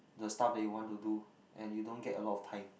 the stuff that you want to do and you don't get a lot of time